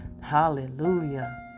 Hallelujah